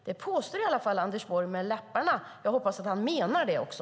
Det påstår i alla fall Anders Borg med läpparna, och jag hoppas att han menar det också.